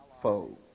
foe